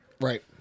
Right